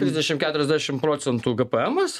trisdešim keturiasdešim procentų gpemas